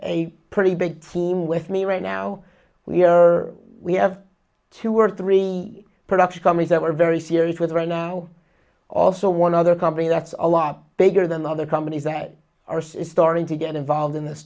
a pretty big team with me right now we are we have two or three production companies that we're very serious with right now also one other company that's a lot bigger than other companies that are starting to get involved in th